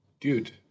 dude